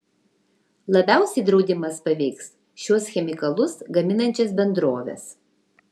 labiausiai draudimas paveiks šiuos chemikalus gaminančias bendroves